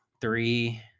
three